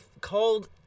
called